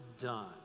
done